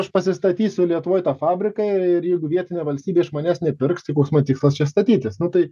aš pasistatysiu lietuvoj tą fabriką ir jeigu vietinė valstybė iš manęs nepirks tai koks man tikslas čia statytis nu tai